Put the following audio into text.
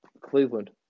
Cleveland